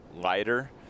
lighter